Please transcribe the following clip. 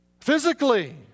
physically